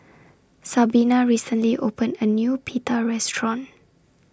Sabina recently opened A New Pita Restaurant